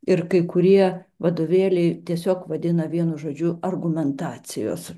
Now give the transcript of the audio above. ir kai kurie vadovėliai tiesiog vadina vienu žodžiu argumentacijos